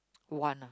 one ah